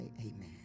amen